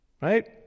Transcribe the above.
right